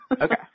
Okay